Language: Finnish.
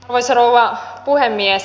arvoisa rouva puhemies